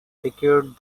secured